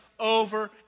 over